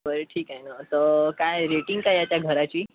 बरं ठीक आहे ना तर काय रेटिंग काय आहे त्या घराची